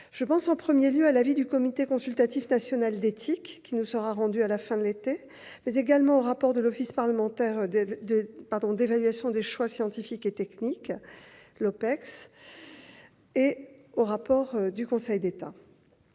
Je pense, en premier lieu, à l'avis du Comité consultatif national d'éthique, qui sera rendu à la fin de l'été, mais également au rapport de l'Office parlementaire d'évaluation des choix scientifiques et technologiques, l'OPECST, et au rapport du Conseil d'État.